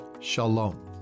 Shalom